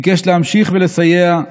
ביקש להמשיך ולסייע,